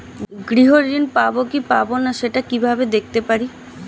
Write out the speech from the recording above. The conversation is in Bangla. গৃহ ঋণ পাবো কি পাবো না সেটা কিভাবে দেখতে পারি?